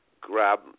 grab